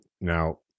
Now